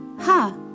Ha